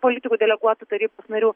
politikų deleguotų tarybos narių